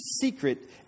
secret